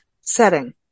setting